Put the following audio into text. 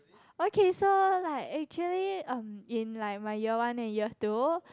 okay so like actually um in like my year one and year two